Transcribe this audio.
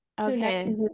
okay